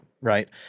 right